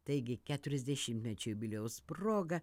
taigi keturiasdešimtmečio jubiliejaus proga